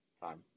time